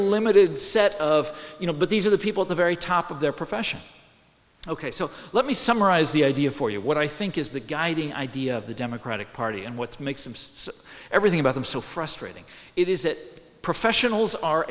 limited set of you know but these are the people at the very top of their profession ok so let me summarize the idea for you what i think is the guiding idea of the democratic party and what makes him everything about them so frustrating it is that professionals are